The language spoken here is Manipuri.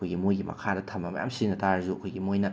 ꯑꯩꯈꯣꯏꯒꯤ ꯃꯣꯏꯒꯤ ꯃꯈꯥꯗ ꯊꯝꯃ ꯃꯌꯥꯝ ꯁꯤꯖꯤꯟꯅ ꯇꯥꯔꯁꯨ ꯑꯩꯈꯣꯏꯒꯤ ꯃꯣꯏꯅ